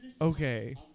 Okay